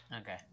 Okay